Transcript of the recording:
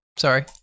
Sorry